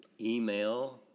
email